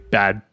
bad